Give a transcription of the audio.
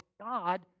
God